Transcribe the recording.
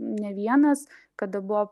ne vienas kada buvo